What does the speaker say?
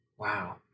Wow